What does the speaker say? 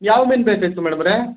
ಯಾವ ಮೀನು ಬೇಕಿತ್ತು ಮೇಡಮವ್ರೇ